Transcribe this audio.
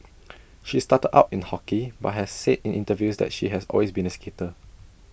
she started out in hockey but has said in interviews that she has always been A skater